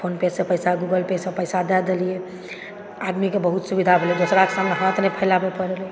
PhonePe सॅं पैसा Google Pay सॅं पैसा दए देलियै आदमीके बहुत सुविधा भेलै दोसराके सामने हाथ नहि फैलावऽ पड़लै